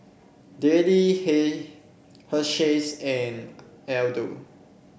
Darlie hey Hersheys and Aldo